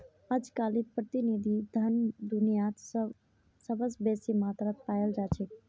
अजकालित प्रतिनिधि धन दुनियात सबस बेसी मात्रात पायाल जा छेक